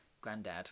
granddad